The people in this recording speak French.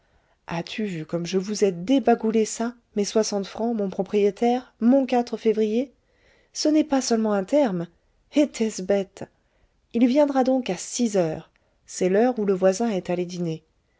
as-tu vu comme je vous ai débagoulé ça mes soixante francs mon propriétaire mon février ce n'est seulement pas un terme était-ce bête il viendra donc à six heures c'est l'heure où le voisin est allé dîner